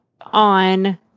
on